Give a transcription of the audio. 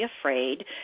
afraid